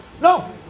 no